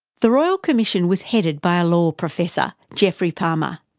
the royal commission was headed by a law professor, geoffrey palmer.